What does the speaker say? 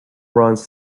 runs